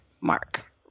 mark